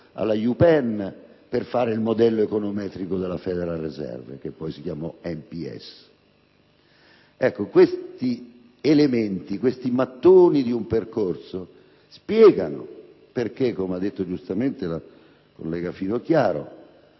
alla UPenn per realizzare il modello econometrico della *Federal Reserve* (che poi si chiamò NPS). Questi mattoni di un percorso spiegano perché, come ha detto giustamente la collega Finocchiaro,